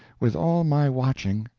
with all my watching,